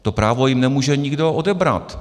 To právo jim nemůže nikdo odebrat.